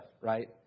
right